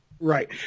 Right